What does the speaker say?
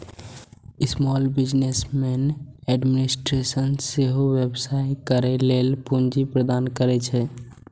small business administration सेहो व्यवसाय करै लेल पूंजी प्रदान करै छै